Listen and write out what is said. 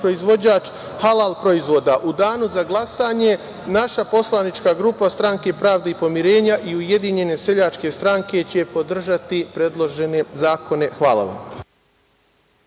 proizvođač halal proizvoda.U danu za glasanje naša Poslanička grupa Stranke pravde i pomirenja i Ujedinjene seljačke stranke će podržati predložene zakone. Hvala.